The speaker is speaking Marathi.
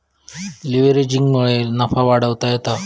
लीव्हरेजिंगमुळे नफा वाढवता येता